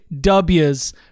W's